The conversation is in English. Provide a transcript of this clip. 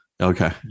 okay